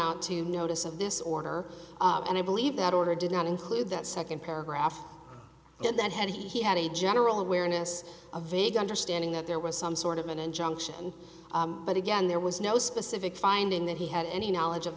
nt to notice of this order and i believe that order did not include that second paragraph and that had he had a general awareness a vague understanding that there was some sort of an injunction but again there was no specific finding that he had any knowledge of